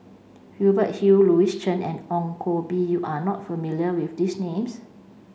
Hubert Hill Louis Chen and Ong Koh Bee you are not familiar with these names